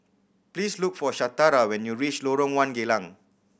please look for Shatara when you reach Lorong One Geylang